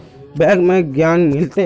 Bank में ऋण मिलते?